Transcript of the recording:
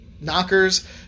knockers